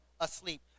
asleep